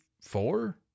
four